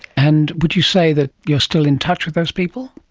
and would you say that you are still in touch with those people?